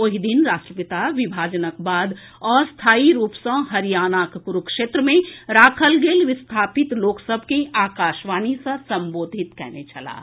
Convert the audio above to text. ओहि दिन राष्ट्रपिता विभाजनक बाद अस्थायी रूप सॅ हरियाणाक कुरूक्षेत्र मे राखल गेल विस्थापित लोक सभ के आकाशवाणी सँ संबोधित कएने छलाह